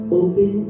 open